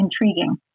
intriguing